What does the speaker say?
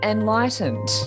enlightened